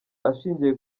ashingiye